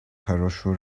хорошую